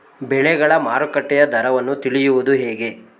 ಬೆಳೆಗಳ ಮಾರುಕಟ್ಟೆಯ ದರವನ್ನು ತಿಳಿಯುವುದು ಹೇಗೆ?